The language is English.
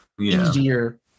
easier